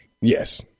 Yes